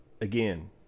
again